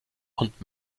und